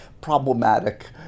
problematic